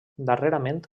darrerament